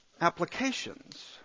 applications